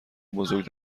بزرگ